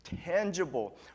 tangible